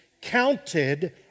counted